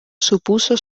supuso